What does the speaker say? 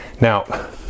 Now